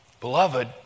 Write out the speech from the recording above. Beloved